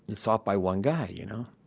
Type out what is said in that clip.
it's off by one guy, you know.